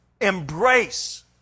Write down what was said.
embrace